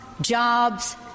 jobs